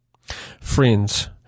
Friends